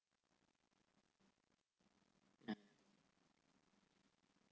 ah